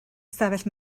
ystafell